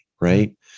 right